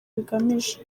bigamije